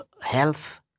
health